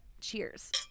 Cheers